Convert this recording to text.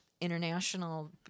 international